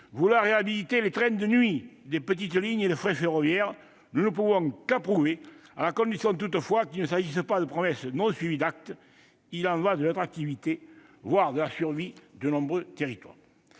vouloir réhabiliter les trains de nuit, les petites lignes et le fret ferroviaire. Nous ne pouvons qu'approuver, à la condition toutefois qu'il ne s'agisse pas de promesses non suivies d'actes. Il y va de l'attractivité, voire de la survie de nombreux territoires